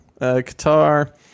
Qatar